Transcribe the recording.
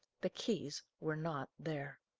the keys were not there.